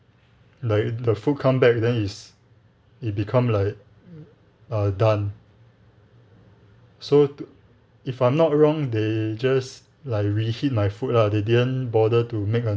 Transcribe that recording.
like the food come back then it's it become like uh done so to if I'm not wrong they just like reheat my food lah they didn't bother to make a